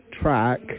track